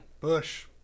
Bush